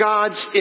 God's